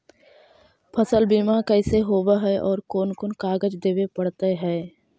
फसल बिमा कैसे होब है और कोन कोन कागज देबे पड़तै है?